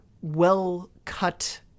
well-cut